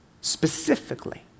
specifically